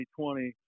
2020